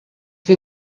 wir